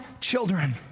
children